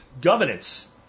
governance